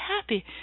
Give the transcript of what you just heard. happy